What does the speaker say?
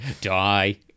die